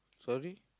sorry